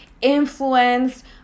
influenced